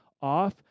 off